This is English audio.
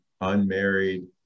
unmarried